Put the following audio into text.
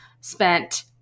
spent